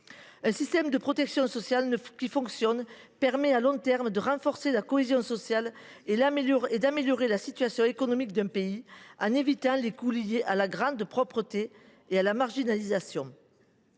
un système de protection sociale qui fonctionne renforce la cohésion sociale et améliore la situation économique d’un pays, en lui évitant les coûts liés à la grande pauvreté et à la marginalisation.